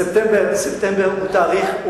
ספטמבר הוא תאריך,